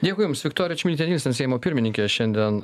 dėkui jums viktorija čmilytė nilsen seimo pirmininkė šiandien